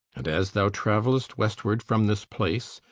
and as thou travelst westward from this place,